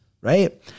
right